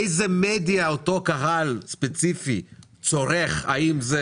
איזה מדיה בעברית אותו קהל ספציפי צורך האם זה